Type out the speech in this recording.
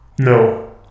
No